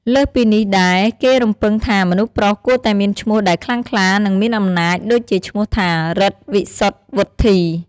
លើសពីនេះដែរ គេរំពឹងថាមនុស្សប្រុសគួរតែមានឈ្មោះដែលខ្លាំងខ្លា និងមានអំណាច ដូចជាឈ្មោះថា រិទ្ធ វិសុទ្ធ វុទ្ធី។